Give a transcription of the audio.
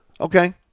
Okay